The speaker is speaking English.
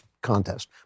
contest